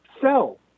sell